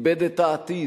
איבד את העתיד.